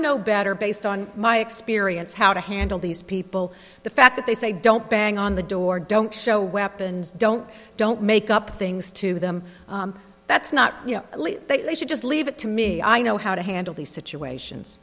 know better based on my experience how to handle these people the fact that they say don't bang on the door don't show weapons don't don't make up things to them that's not you know they should just leave it to me i know how to handle these situations